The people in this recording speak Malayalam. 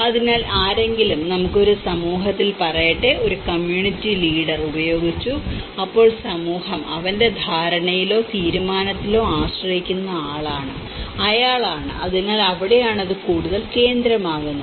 അതിനാൽ ആരെങ്കിലും നമുക്ക് ഒരു സമൂഹത്തിൽ പറയട്ടെ ഒരു കമ്മ്യൂണിറ്റി ലീഡർ ഉപയോഗിച്ചു അപ്പോൾ സമൂഹം അവന്റെ ധാരണയിലോ തീരുമാനത്തിലോ ആശ്രയിക്കുന്ന ആളാണ് അയാളാണ് അതിനാൽ അവിടെയാണ് അത് കൂടുതൽ കേന്ദ്രമാകുന്നത്